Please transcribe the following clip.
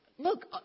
Look